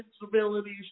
disabilities